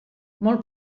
molt